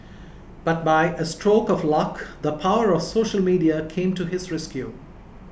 but by a stroke of luck the power of social media came to his rescue